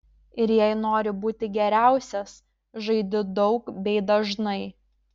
ir jei nori būti geriausias žaidi daug bei dažnai